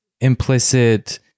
implicit